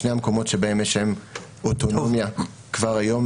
שני המקומות שיש בהם אוטונומיה כבר היום,